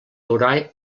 haurà